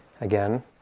again